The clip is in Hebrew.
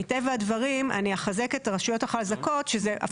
מטבע הדברים אני אחזק את הרשויות החזקות שזה הפוך.